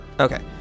Okay